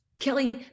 Kelly